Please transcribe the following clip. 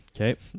Okay